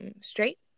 straight